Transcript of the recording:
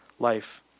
life